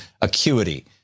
acuity